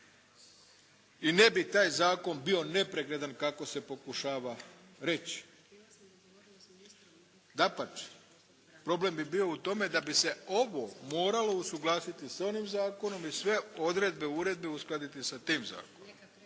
i ne bi taj zakon bio nepregledan kako se pokušava reći. Dapače, problem bi bio u tome da bi se ovo moralo usuglasiti s onim zakonom i sve odredbe, uredbe uskladiti sa tim zakonom.